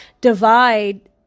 divide